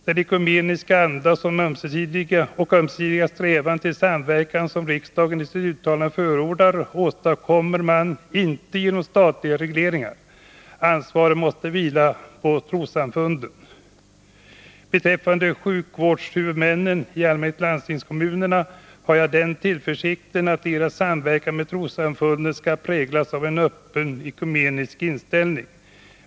Den ekumeniska anda och ömsesidiga strävan till samverkan som riksdagen i sitt uttalande förordar åstadkommer man inte genom statliga regleringar. Ansvaret måste här vila på trossamfunden. Beträffande sjukvårdshuvudmännen —i allmänhet landstingskommunerna — har jag den tillförsikten att deras samverkan med trossamfunden skall präglas av en öppen och ekumenisk inställning.